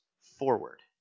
forward